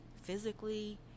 Physically